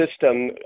system